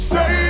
Say